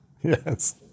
Yes